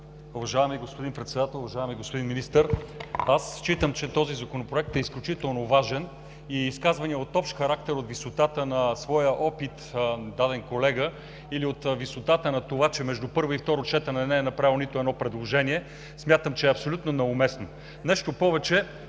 Уважаеми господин Председател, уважаеми господин Министър! Аз считам, че този законопроект е изключително важен и изказвания от общ характер от висотата на своя опит на даден колега, или от висотата на това, че между първо и второ четене не е направил нито едно предложение, смятам, че е абсолютно неуместно. Нещо повече